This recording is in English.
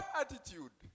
attitude